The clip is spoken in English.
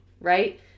right